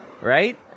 right